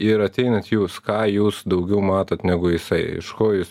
ir ateinat jūs ką jūs daugiau matot negu jisai iš ko jūs